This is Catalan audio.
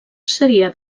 seria